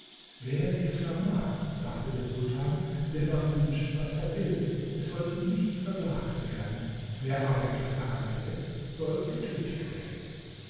wer dies vermag sagte der sultan der darf wünschen was er will es soll ihm nichts versagt werden wer aber etwas daran verletzt soll getötet werden